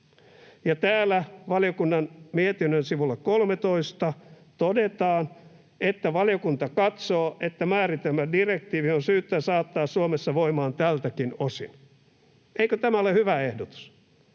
täällä valiokunnan mietinnön sivulla 13 todetaan, että ”valiokunta katsoo, että määritelmädirektiivi on syytä saattaa Suomessa voimaan tältäkin osin”. Eikö tämä ole hyvä ehdotus?